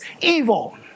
evil